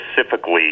specifically